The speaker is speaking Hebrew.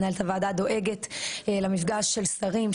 מנהלת הוועדה דואגת למפגש של שרים,